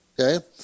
Okay